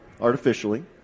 artificially